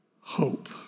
hope